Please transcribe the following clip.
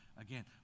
again